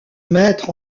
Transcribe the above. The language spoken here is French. maître